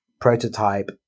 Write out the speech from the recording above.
prototype